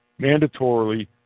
mandatorily